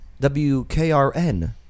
WKRN